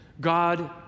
God